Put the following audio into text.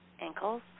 ankles